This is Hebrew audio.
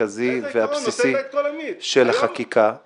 המרכזי והבסיסי של החקיקה -- איזה עיקרון?